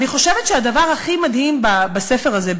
אני חושבת שהדבר הכי מדהים בספר הזה,